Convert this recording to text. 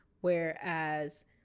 Whereas